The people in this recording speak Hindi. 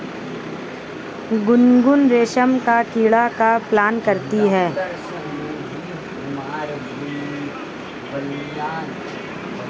गुनगुन रेशम का कीड़ा का पालन करती है